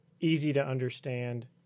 easy-to-understand